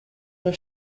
der